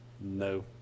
No